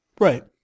Right